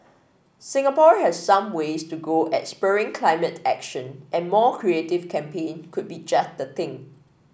Singapore has some ways to go at spurring climate action and more creative campaign could be just the thing